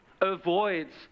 avoids